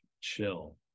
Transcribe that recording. chill